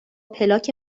پلاک